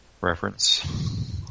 reference